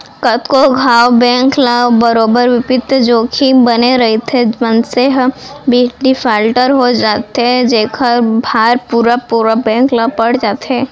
कतको घांव बेंक ल बरोबर बित्तीय जोखिम बने रइथे, मनसे ह डिफाल्टर हो जाथे जेखर भार पुरा पुरा बेंक ल पड़ जाथे